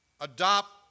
adopt